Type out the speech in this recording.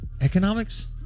Economics